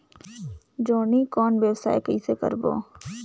जोणी कौन व्यवसाय कइसे करबो?